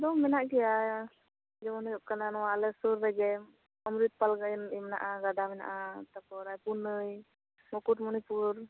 ᱵᱟᱝ ᱢᱮᱱᱟᱜ ᱜᱮᱭᱟ ᱡᱮᱢᱚᱱ ᱦᱩᱭᱩᱜ ᱠᱟᱱᱟ ᱟᱞᱮ ᱥᱩᱨ ᱨᱮᱜᱮ ᱚᱢᱨᱤᱛ ᱯᱟᱞ ᱜᱟᱰᱟ ᱢᱮᱱᱟᱜᱼᱟ ᱛᱟᱯᱚᱨ ᱨᱟᱭᱯᱩᱨ ᱱᱟᱹᱭ ᱢᱩᱠᱩᱴᱢᱚᱱᱤᱯᱩᱨ